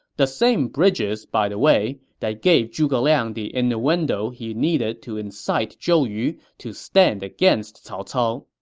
the same bridges, by the way, that gave zhuge liang the innuendo he needed to incite zhou yu to stand against cao cao.